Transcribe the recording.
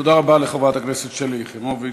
תודה רבה לחברת הכנסת שלי יחימוביץ.